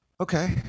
Okay